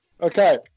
Okay